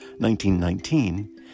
1919